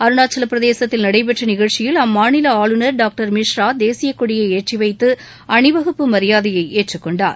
அருணாச்சலப்பிரதேசத்தில் நடைபெற்ற நிகழ்ச்சியில் அம்மாநில ஆளுநர் டாக்டர் மிஷ்ரா தேசியக்கொடியை ஏற்றிவைத்து அணிவகுப்பு மரியாதையை ஏற்றுக்கொண்டார்